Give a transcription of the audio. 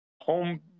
home